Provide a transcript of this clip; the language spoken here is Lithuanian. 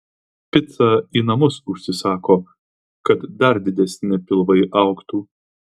picą į namus užsisako kad dar didesni pilvai augtų